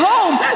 home